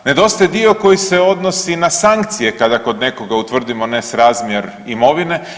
Nedostaje dio koji se odnosi na sankcije kada kod nekoga utvrdimo nesrazmjer imovine.